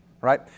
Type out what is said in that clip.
right